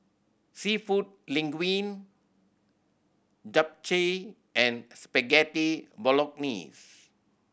Seafood Linguine Japchae and Spaghetti Bolognese